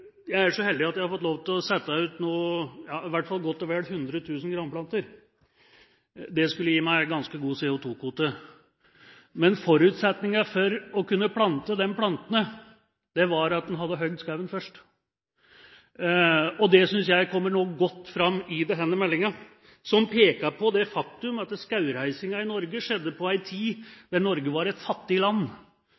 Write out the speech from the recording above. Jeg er så heldig at jeg har fått lov til å sette ut godt og vel 100 000 granplanter – det skulle gi meg en ganske god CO2-kvote – men forutsetningen for å kunne plante de plantene var at en hadde hogd skogen først. Det synes jeg kommer godt fram i denne meldingen, som peker på det faktum at skogreisingen i Norge skjedde på en tid